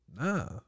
nah